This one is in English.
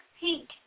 pink